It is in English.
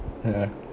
ya